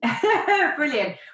brilliant